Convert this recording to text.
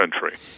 country